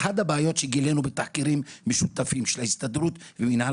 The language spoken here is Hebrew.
אחד הבעיות שגילינו בתחקירים משותפים של ההסתדרות ומנהל